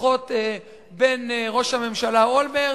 בשיחות בין ראש הממשלה אולמרט,